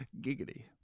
Giggity